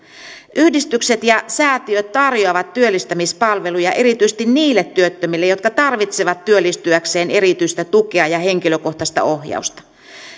yhdistykset ja säätiöt tarjoavat työllistämispalveluja erityisesti niille työttömille jotka tarvitsevat työllistyäkseen erityistä tukea ja henkilökohtaista ohjausta